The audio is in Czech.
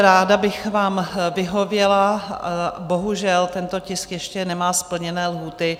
Ráda bych vám vyhověla, bohužel tento tisk ještě nemá splněny lhůty.